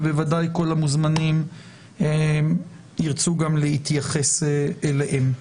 ובוודאי כל המוזמנים ירצו גם להתייחס אליהם.